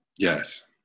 Yes